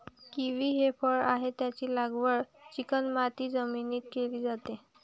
kiwi हे फळ आहे, त्याची लागवड चिकणमाती जमिनीत केली जाते